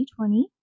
2020